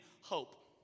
hope